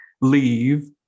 leave